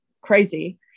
crazy